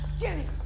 ginny!